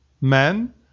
man